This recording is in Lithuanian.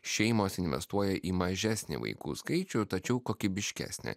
šeimos investuoja į mažesnį vaikų skaičių tačiau kokybiškesnė